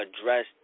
address